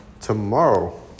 tomorrow